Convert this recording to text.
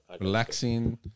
Relaxing